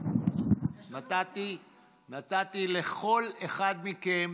נתתי לכל אחד מכם